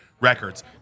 records